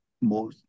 more